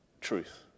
truth